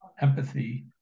empathy